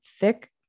thick